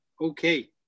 okay